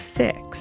six